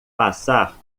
passar